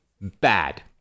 bad